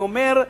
אני אומר,